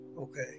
okay